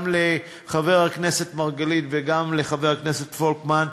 גם לחבר הכנסת מרגלית וגם לחבר הכנסת פולקמן,